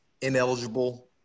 ineligible